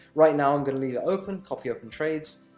right now, i'm going to leave it open copy open trades.